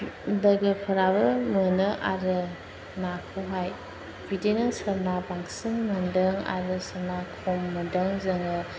लोगोफोराबो मोनो आरो नाखौहाय बिदिनो सोरना बांसिन मोनदों आरो सोरना खम मोनदों जोङो